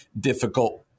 difficult